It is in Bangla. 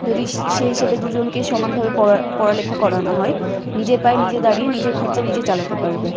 যদি সে হিসেবে দুজনকে সমানভাবে পড়া লেখা করানো হয় নিজের পায়ে নিজে দাঁড়িয়ে নিজের খরচা নিজে চালাতে পারবে